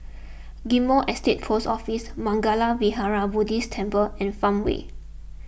Ghim Moh Estate Post Office Mangala Vihara Buddhist Temple and Farmway